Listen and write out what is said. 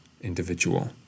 individual